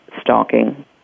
stalking